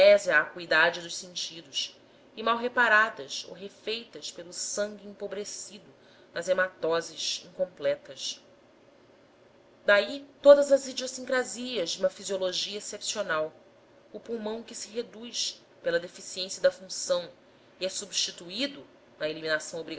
à acuidade dos sentidos e mal reparadas ou refeitas pelo sangue empobrecido nas hematoses incompletas daí todas as idiossincrasias de uma fisiologia excepcional o pulmão que se reduz pela deficiência da função e é substituído na eliminação